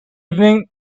evening